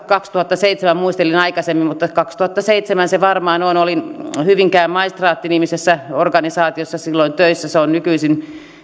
kaksituhattaseitsemän muistelin aikaisemmin mutta kaksituhattaseitsemän se varmaan on kun olin hyvinkään maistraatti nimisessä organisaatiossa silloin töissä